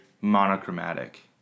monochromatic